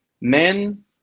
men